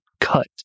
cut